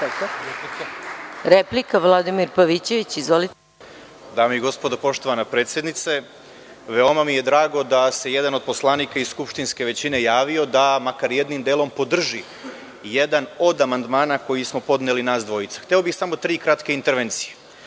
poslanik Vladimir Pavićević. Izvolite. **Vladimir Pavićević** Poštovana predsednice, veoma mi je drago da se jedan od poslanika iz skupštinske većine javio da makar jednim delom podrži jedan od amandmana koji smo podneli nas dvojica. Hteo bih samo tri kratke intervencije.